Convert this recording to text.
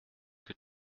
que